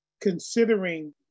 Considering